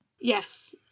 Yes